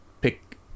pick